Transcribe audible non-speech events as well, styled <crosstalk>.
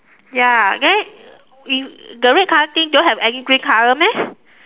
ya then if the red color thing don't have any green color meh <breath>